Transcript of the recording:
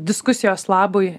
diskusijos labui